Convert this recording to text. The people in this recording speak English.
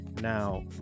Now